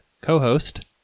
co-host